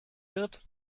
wird